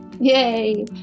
Yay